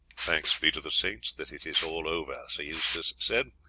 thanks be to the saints that it is all over, sir eustace said,